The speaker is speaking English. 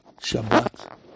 Shabbat